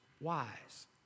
wise